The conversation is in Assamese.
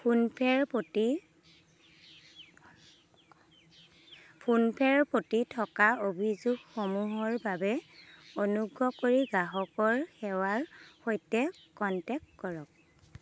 ফোনপে'ৰ প্ৰতি ফোনপে'ৰ প্ৰতি থকা অভিযোগসমূহৰ বাবে অনুগ্ৰহ কৰি গ্ৰাহকৰ সেৱাৰ সৈতে কন্টেক্ট কৰক